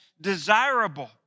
desirable